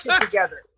together